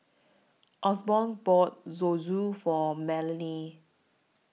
Osborne bought Zosui For Melanie